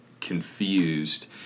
confused